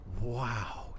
Wow